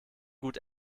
gut